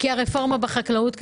הרפורמה בחקלאות,